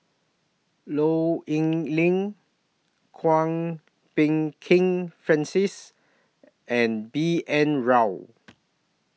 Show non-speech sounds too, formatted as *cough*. Low Yen Ling Kwok Peng Kin Francis and B N Rao *noise*